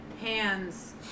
hands